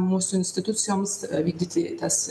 mūsų institucijoms vykdyti tas